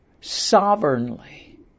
sovereignly